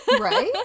Right